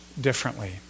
differently